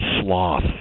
sloth